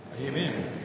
amen